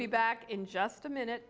be back in just a minute